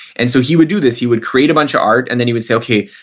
and so he would do this, he would create a bunch of art and then he would say, okay,